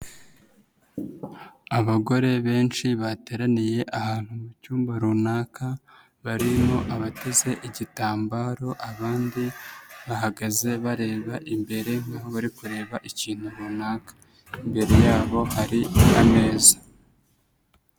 Abagore benshi bateraniye ahantu mu cyumba runaka barimo abateze igitambaro abandi bahagaze bareba imbere nkaho bari kureba ikintu runaka, imbere yabo hari ameza.